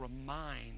remind